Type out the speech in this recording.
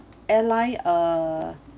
airline uh